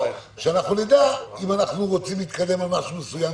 -- שנדע אם אנחנו רוצים להתקדם על משהו מסוים,